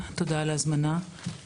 תודה על ההזמנה,